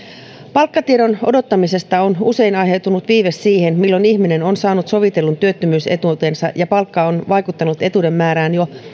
palkkatiedon odottamisesta on usein aiheutunut viive siihen milloin ihminen on saanut sovitellun työttömyysetuutensa ja palkka on vaikuttanut etuuden määrään jo